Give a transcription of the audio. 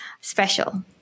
special